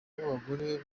w’abagore